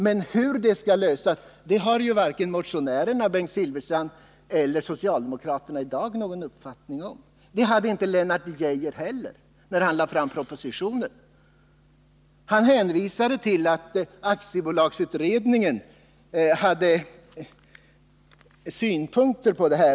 Hur problemet skall lösas har varken motionärerna eller socialdemokraterna i dag någon uppfattning om. Det hade inte heller Lennart Geijer när han lade fram propositionen. Han hänvisade till att samarbetsutredningen hade synpunkter på detta.